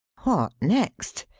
what next?